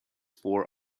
fore